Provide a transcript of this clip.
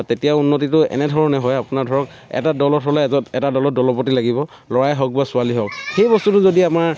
তেতিয়া উন্নতিটো এনেধৰণে হয় আপোনাৰ ধৰক এটা দলত হ'লে এটা দলত দলপতি লাগিব ল'ৰাই হওক বা ছোৱালীয়েই হওক সেই বস্তুটো যদি আমাৰ